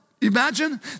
imagine